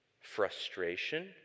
frustration